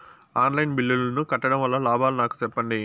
On line బిల్లుల ను కట్టడం వల్ల లాభాలు నాకు సెప్పండి?